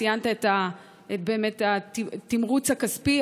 ציינת את התמרוץ הכספי,